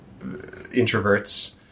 introverts